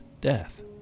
death